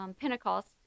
Pentecost